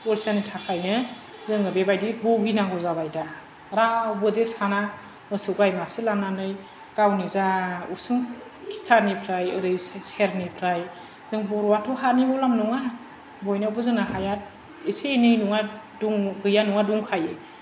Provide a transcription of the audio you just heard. अलसियानो थाखायनो जोङो बेबायदि बगिनांगौ जाबाय दा रावबो जे साना मोसौ गाइ मासे लानानै गावनि जा उसुं खिथानिफ्राय ओरै सेरनिफ्राय जों बर'आथ' हानि गलाम नङा बयनावबो जोंना हाया एसे एनै नङा दङ गैया नङा दंखायो